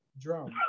drum